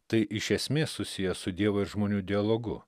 tai iš esmės susiję su dievo ir žmonių dialogu